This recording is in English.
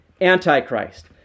Antichrist